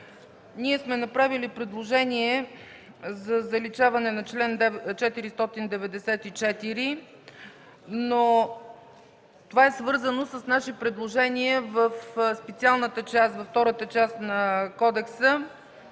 Ние сме направили предложение за заличаване на чл. 494, но това е свързано с наши предложения в специалната Втора част на кодекса,